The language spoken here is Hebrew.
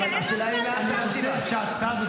אין להם זמן עכשיו --- אני חושב שההצעה הזאת